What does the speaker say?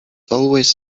always